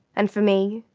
and for me,